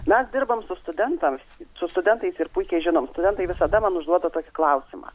mes dirbam su studentams su studentais ir puikiai žinome studentai visada man užduoda tokį klausimą